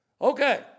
Okay